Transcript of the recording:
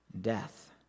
death